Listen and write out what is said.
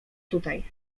tutaj